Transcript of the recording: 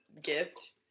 gift